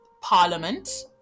parliament